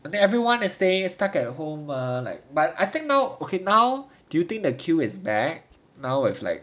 I mean everyone is staying is stuck at home mah like but I think now okay now do you think the queue is back now is like